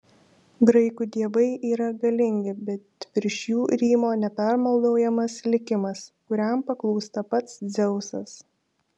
graikų dievai yra galingi bet virš jų rymo nepermaldaujamas likimas kuriam paklūsta pats dzeusas